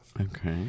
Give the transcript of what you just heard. Okay